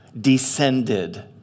descended